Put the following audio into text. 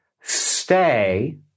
Stay